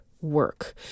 work